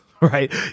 right